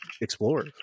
explore